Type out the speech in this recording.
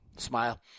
Smile